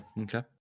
Okay